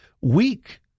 Weak